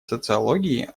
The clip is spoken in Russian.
социологии